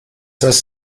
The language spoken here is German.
heißt